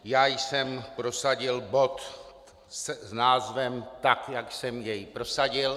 Já jsem prosadil bod s názvem tak, jak jsem jej prosadil.